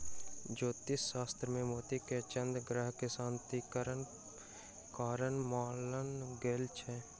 ज्योतिष शास्त्र मे मोती के चन्द्र ग्रह के शांतिक कारक मानल गेल छै